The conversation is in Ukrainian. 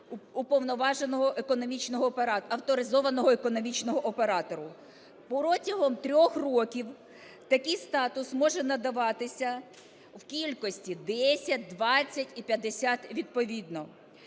уповноваженого економічного… авторизованого економічного оператора. Протягом трьох років такий статус може надаватися в кількості 10, 20 і 50 відповідно.